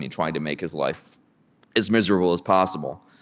trying to make his life as miserable as possible,